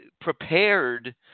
prepared